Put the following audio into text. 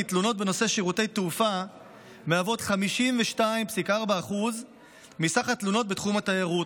תלונות בנושאי שירותי תעופה מהוות 52.4% מסך התלונות בתחום התיירות,